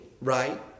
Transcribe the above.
right